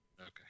Okay